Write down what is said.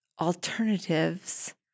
alternatives